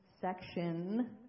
section